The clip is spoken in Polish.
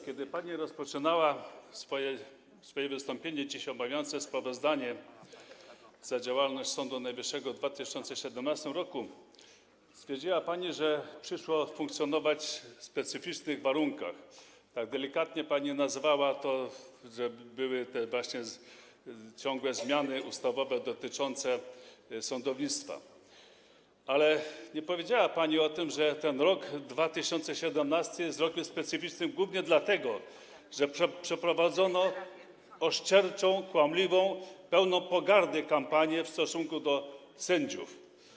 Kiedy pani rozpoczynała dziś swoje wystąpienie, podczas którego omawiała pani sprawozdanie z działalności Sądu Najwyższego w 2017 r., stwierdziła pani, że przyszło funkcjonować w specyficznych warunkach - tak pani delikatnie nazwała to, że były te ciągłe zmiany ustawowe dotyczące sądownictwa - ale nie powiedziała pani o tym, że rok 2017 jest rokiem specyficznym głównie dlatego, że przeprowadzono oszczerczą, kłamliwą, pełną pogardy kampanię w stosunku do sędziów.